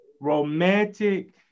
Romantic